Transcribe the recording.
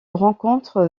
rencontre